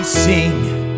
sing